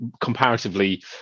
comparatively